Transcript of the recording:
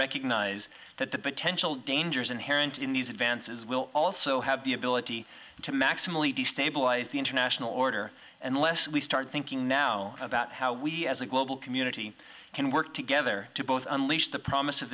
recognize that the potential dangers inherent in these advances will also have the ability to maximally destabilize the international order unless we start thinking now about how we as a global community can work together to both unleash the promise